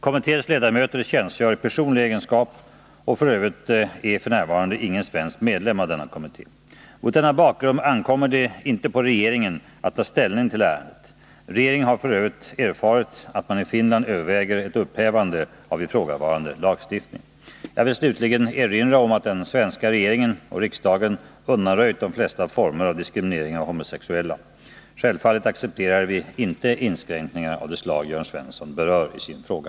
Kommitténs ledamöter tjänstgör i personlig egenskap, och f. ö. är f.n. ingen svensk medlem av denna kommitté. Mot denna bakgrund ankommer det inte på regeringen att ta ställning till ärendet. Regeringen har f. ö. erfarit att man i Finland överväger ett upphävande av ifrågavarande lagstiftning. Jag vill slutligen erinra om att den svenska regeringen och riksdagen undanröjt de flesta former av diskriminering av homosexuella. Självfallet accepterar vi inte inskränkningar av det slag Jörn Svensson berör i sin fråga.